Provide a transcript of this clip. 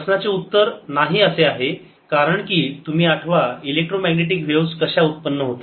प्रश्नाचे उत्तर नाही असे आहे कारण की तुम्ही आठवा इलेक्ट्रोमॅग्नेटिक व्हेव्ज कशा उत्पन्न होतात